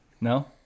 No